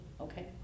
okay